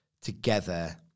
together